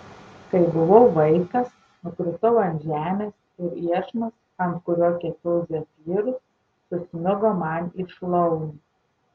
kai buvau vaikas nukritau ant žemės ir iešmas ant kurio kepiau zefyrus susmigo man į šlaunį